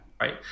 right